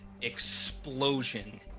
explosion